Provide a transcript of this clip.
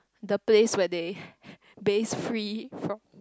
the place where they base free from